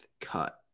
cut